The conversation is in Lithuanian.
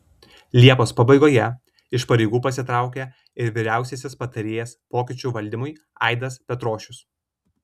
liepos pabaigoje iš pareigų pasitraukė ir vyriausiasis patarėjas pokyčių valdymui aidas petrošius